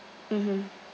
mmhmm